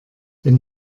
wenn